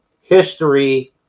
history